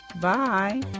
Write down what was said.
Bye